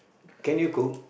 can you cook